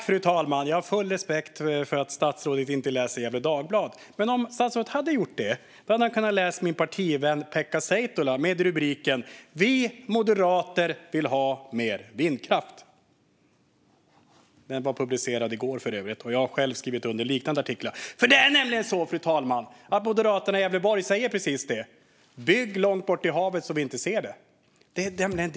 Fru talman! Jag har full respekt för att statsrådet inte läser Gefle Dagblad, men om statsrådet hade gjort det hade han läst min partivän Pekka Seitolas artikel med rubriken "Vi Moderater vill ha mer vindkraft". Den publicerades i går, och jag har själv skrivit under liknande artiklar. Fru talman! Moderaterna i Gävleborg säger precis så: Bygg långt bort i havet så att det inte syns.